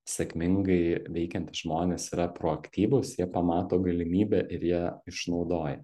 sėkmingai veikiantys žmonės yra proaktyvūs jie pamato galimybę ir ją išnaudoja